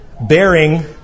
bearing